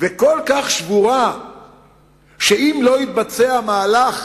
וכל כך שבורה שאם לא יתבצע מהלך